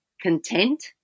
content